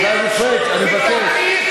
אני מבקש.